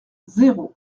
zéro